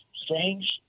strange